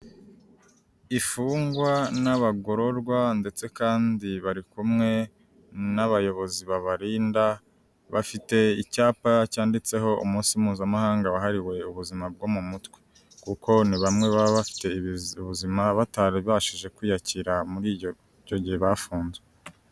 Imfungwa n'abagororwa ndetse kandi bari kumwe n'abayobozi babarinda, bafite icyapa cyanditseho umunsi mpuzamahanga wahariwe ubuzima bwo mu mutwe, kuko ni bamwe baba bafite ubuzima batarabashije kwiyakira muri iyo icyo gihe bafunzwe.